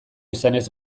izanez